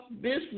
business